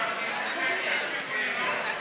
רגע, אבל ביטן רצה לדבר.